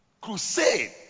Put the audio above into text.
Crusade